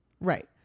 right